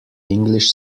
english